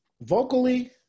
Vocally